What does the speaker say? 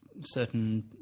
certain